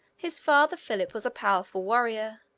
his father philip was a powerful warrior,